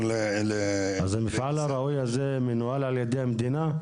אז המפעל הראוי הזה מנוהל על ידי המדינה?